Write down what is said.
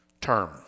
term